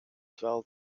terwijl